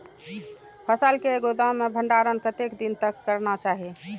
फसल के गोदाम में भंडारण कतेक दिन तक करना चाही?